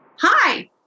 Hi